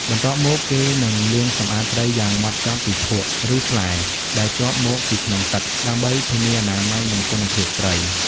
បន្ទាប់មក គេនឹងលាងសម្អាតត្រីយ៉ាងហ្មត់ចត់ពីភក់ ឬស្លែដែលជាប់មកពីក្នុងទឹក ដើម្បីធានាអនាម័យ និងគុណភាពត្រី។